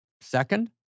Second